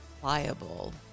pliable